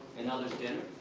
and others dinner?